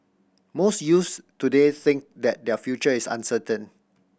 most youths today think that their future is uncertain